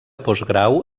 postgrau